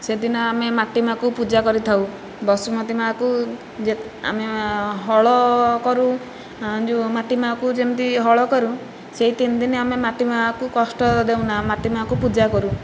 ସେଦିନ ଆମେ ମାଟି ମା'କୁ ପୂଜା କରିଥାଉ ବସୁମତୀ ମା'କୁ ଯେ ଆମେ ହଳ କରୁ ଯେଉଁ ମାଟି ମା'କୁ ଯେମିତି ହଳ କରୁ ସେହି ତିନ ଦିନ ଆମେ ମାଟି ମା'କୁ କଷ୍ଟ ଦେଉନା ମାଟି ମା'କୁ ପୂଜାକରୁ